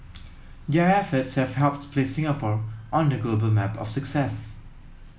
their efforts have helped to place Singapore on the global map of success